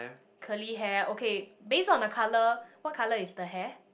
curly hair okay based on the colour what colour is the hair